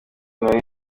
nari